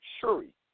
Shuri